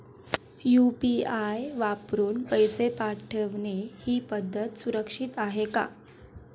UPI वापरून पैसे पाठवणे ही पद्धत सुरक्षित आहे का?